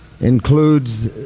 includes